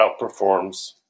outperforms